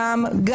חוקים.